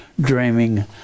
dreaming